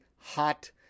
hot